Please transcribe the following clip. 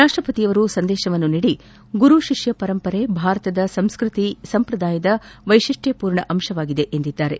ರಾಷ್ವಪತಿಯವರು ಸಂದೇಶವನ್ನು ನೀಡಿ ಗುರು ಶಿಷ್ಯ ಪರಂಪರೆ ಭಾರತದ ಸಂಸ್ಕೃತಿ ಸಂಪ್ರದಾಯದ ವೈಶಿಷ್ಯ ಪೂರ್ಣ ಅಂಶವಾಗಿದೆ ಎಂದಿದ್ದಾರೆ